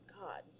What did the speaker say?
God